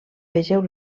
vegeu